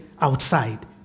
outside